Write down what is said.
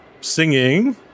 singing